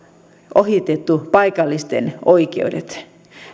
ohitettu paikallisten oikeudet